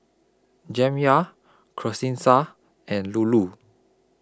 Jamya Charissa and Lulu